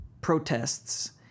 protests